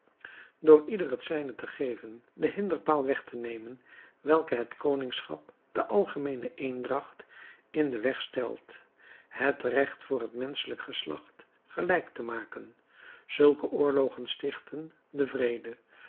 door ieder het zijne te geven den hinderpaal weg te nemen welke het koningschap de algemeene eendracht in den weg stelt het recht voor het menschelijk geslacht gelijk te maken zulke oorlogen stichten den vrede